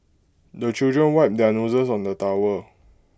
the children wipe their noses on the towel